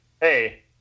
hey